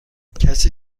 کسی